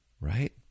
right